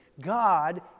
God